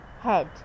head